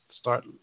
start